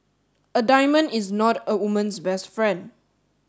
a diamond is not a woman's best friend